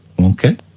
Okay